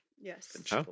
Yes